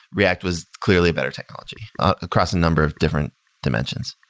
react was clearly a better technology across a number different dimensions.